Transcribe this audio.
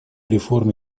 реформе